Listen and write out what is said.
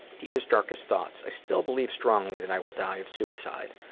deepest, darkest thoughts, i still believe strongly that i will die of suicide.